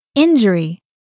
Injury